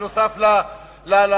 ונוסף על החומה,